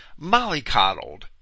mollycoddled